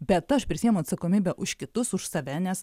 bet aš prisiemu atsakomybę už kitus už save nes